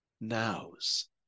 nows